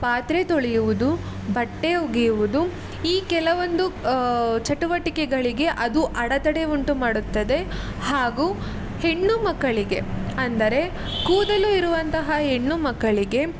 ಪಾತ್ರೆ ತೊಳೆಯುವುದು ಬಟ್ಟೆ ಒಗೆಯುವುದು ಈ ಕೆಲವೊಂದು ಚಟುವಟಿಕೆಗಳಿಗೆ ಅದು ಅಡೆತಡೆ ಉಂಟುಮಾಡುತ್ತದೆ ಹಾಗೂ ಹೆಣ್ಣುಮಕ್ಕಳಿಗೆ ಅಂದರೆ ಕೂದಲು ಇರುವಂತಹ ಹೆಣ್ಣುಮಕ್ಕಳಿಗೆ